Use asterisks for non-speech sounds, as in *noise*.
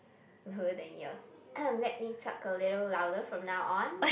lower than yours *coughs* let me talk a little louder from now on